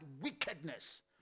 wickedness